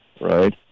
right